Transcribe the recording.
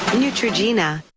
neutrogena